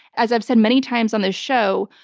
as i've said many times on this show,